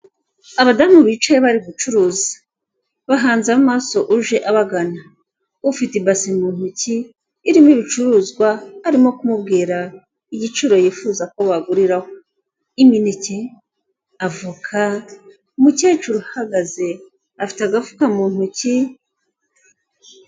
Abadamu bicaye bari gucuruza, bahanze amaso uje abagana, ufite ibase mu ntoki irimo ibicuruzwa arimo kumubwira igiciro yifuza ko baguriraho, imineke, avoka, umukecuru uhagaze afite agafuka mu ntoki...